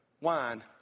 wine